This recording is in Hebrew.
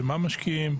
במה משקיעים,